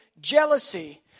jealousy